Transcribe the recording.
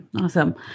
Awesome